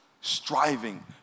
striving